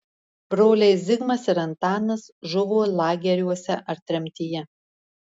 broliai zigmas ir antanas žuvo lageriuose ar tremtyje